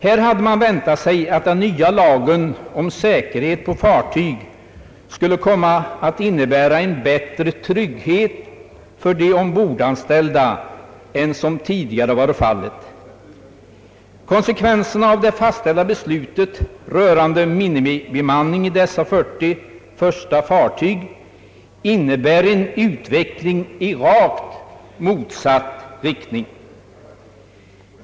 Här hade man väntat sig att den nya lagen om säkerhet på fartyg skulle komma att innebära en bättre trygghet för de ombordanställda än som tidigare varit fallet. Konsekvenserna av det fastställda beslutet rörande minimibemanning å dessa 40 första fartyg innebär en utveckling i rakt motsatt riktning.